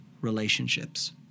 relationships